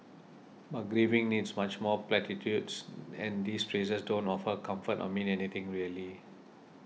but grieving needs much more platitudes and these phrases don't offer comfort or mean anything really